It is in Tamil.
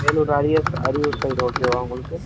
வேலூர் அரியஸ் அரியலுார் சைடு ஓகேவா உங்களுக்கு